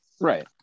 Right